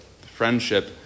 Friendship